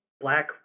black